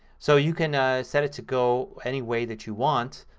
so you can ah set it to go anyway that you want.